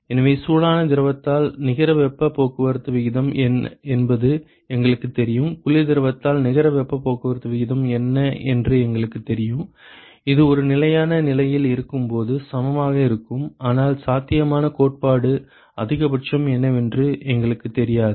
எனவே சூடான திரவத்தில் நிகர வெப்பப் போக்குவரத்து விகிதம் என்ன என்பது எங்களுக்குத் தெரியும் குளிர் திரவத்தில் நிகர வெப்பப் போக்குவரத்து விகிதம் என்ன என்று எங்களுக்குத் தெரியும் இது ஒரு நிலையான நிலையில் இருக்கும்போது சமமாக இருக்கும் ஆனால் சாத்தியமான கோட்பாட்டு அதிகபட்சம் என்னவென்று எங்களுக்குத் தெரியாது